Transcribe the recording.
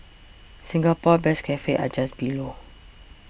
Singapore best cafes are just below